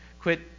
Quit